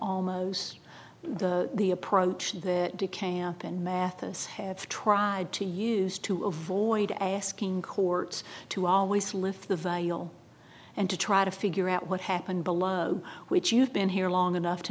almost the approach that de camp and mathis have tried to use to avoid asking courts to always lift the veil and to try to figure out what happened below which you've been here long enough to